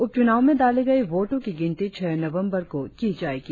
उपचुनाव में डाले गए वोटों की गिनती छह नवंबर को की जाएगी